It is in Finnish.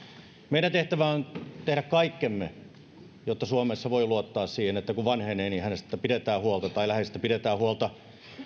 meidän tehtävämme on tehdä kaikkemme jotta suomessa voi luottaa siihen että kun vanhenee pidetään huolta tai läheisestä pidetään huolta